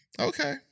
Okay